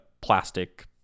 plastic